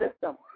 system